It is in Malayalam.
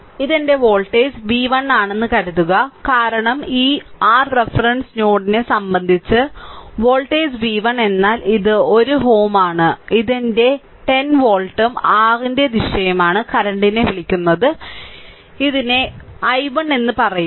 ഇത് എന്റെ വോൾട്ടേജ് v1 ആണെന്ന് കരുതുക കാരണം ഈ r റഫറൻസ് നോഡിനെ സംബന്ധിച്ച് വോൾട്ടേജ് v1 എന്നാൽ ഇത് 1 Ω ആണ് ഇത് എന്റെ 10 വോൾട്ടും r ന്റെ ദിശയുമാണ് കറന്റിനെ വിളിക്കുന്നത് ഇതിനെ i1 എന്ന് പറയുന്നു